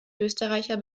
österreicher